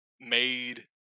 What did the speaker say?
made